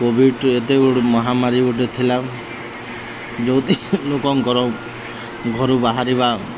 Covid ଏତେ ଗୋଟେ ମହାମାରୀ ଗୋଟେ ଥିଲା ଯେଉଁଠି ଲୋକଙ୍କର ଘରୁ ବାହାରିବା